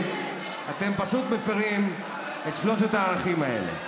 אתם פשוט מפירים את שלושת הערכים האלה.